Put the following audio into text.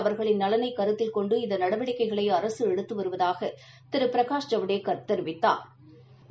அவர்களின் நலனை கருத்தில் கொண்டு இந்த நடவடிக்கைகளை அரசு எடுத்து வருவதாக திரு பிரகாஷ் ஜவடேக்கா் தெரிவித்தாா்